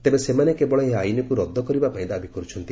ତେବେ ସେମାନେ କେବଳ ଏହି ଆଇନକୁ ରଦ୍ଦ କରିବା ପାଇଁ ଦାବି କରୁଛନ୍ତି